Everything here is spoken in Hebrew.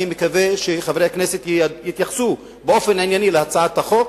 אני מקווה שחברי הכנסת יתייחסו באופן ענייני להצעת החוק,